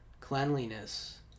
Cleanliness